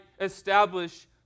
establish